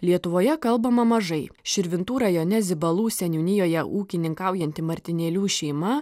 lietuvoje kalbama mažai širvintų rajone zibalų seniūnijoje ūkininkaujanti martinėlių šeima